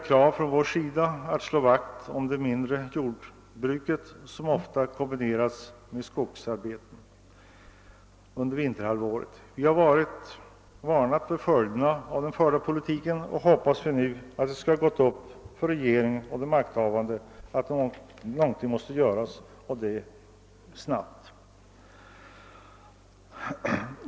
Kraven att slå vakt om det mindre jordbruket som ofta kombinerats med skogsarbeten under vinterhalvåret innebär inga nya krav från vår sida. Vi har varnat för följderna av den förda politiken, och vi hoppas nu att det skall stå klart för regeringen och de makthavande att någonting måste göras och det snabbt.